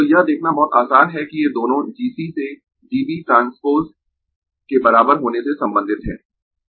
तो यह देखना बहुत आसान है कि ये दोनों G C से G B ट्रांसपोज के बराबर होने से संबंधित है